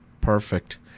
Perfect